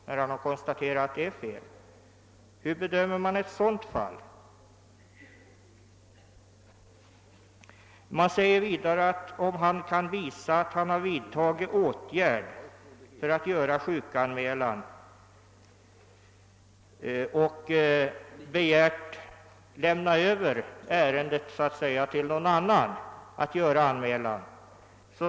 Hur bedömer man ett sådant fall? Om den försäkrade kan visa, säger riksförsäkringsverket, att han uppdragit åt någon annan att göra sjukanmälan skall han kunna få sjukpenning även om uppdraget inte har fullgjorts.